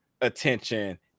attention